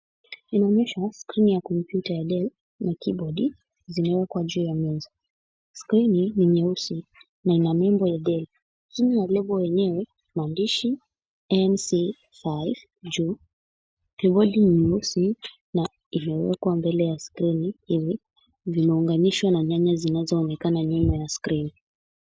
Tunaonyeshwa skrini ya kompyuta ya Dell na kibodi zimewekwa juu ya meza ,skrini ni nyeusi na ina nembo ya Dell chini ya nembo yenyewe ni maandishi NC5 juu, kibodi ni nyeusi na imewekwa mbele ya skrini hivi zimeunganishwa na nyaya zinaonekana nyuma ya skrini.